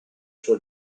suo